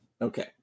okay